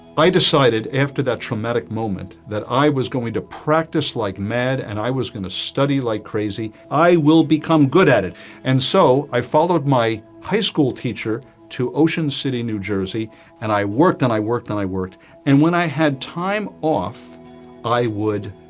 i? decided after that traumatic moment that i was going to practice like, mad and i was gonna study, like, crazy i will become good at it and so i followed, my high-school teacher to ocean city, new jersey and i worked and i worked and i worked and when i had time off i would?